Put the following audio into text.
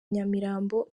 nyamirambo